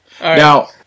Now